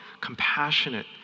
compassionate